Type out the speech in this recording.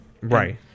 Right